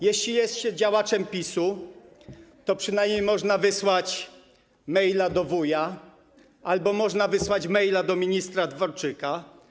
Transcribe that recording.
Jeśli jest się działaczem PiS-u, to przynajmniej można wysłać maila do wuja albo można wysłać maila do ministra Dworczyka.